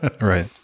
Right